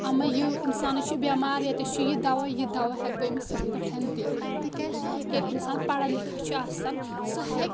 اَما یہِ اِنسان چھُ بٮ۪مار ییٚتٮ۪ھ چھُ یہِ دوا یہِ دوا ہٮ۪کہٕ بہٕ أمِس یِتھ پٲٹھۍ دِتھ تِکیازِ سُہ ہٮ۪کہِ تیلہِ ییٚلہِ اِنسان پَڑا لکھا چھُ اِنسان آسان سُہ ہٮ۪کہِ